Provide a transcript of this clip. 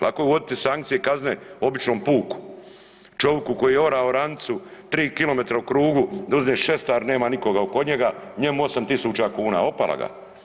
Lako je uvoditi sankcije i kazne običnom puku, čovjeku koji je orao oranicu 3 km u krugu da uzmeš šestar nema nikoga oko njega njemu 8.000 kuna, opala ga.